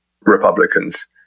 Republicans